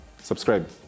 subscribe